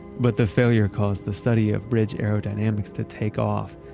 but the failure caused the study of bridge aerodynamics to take off,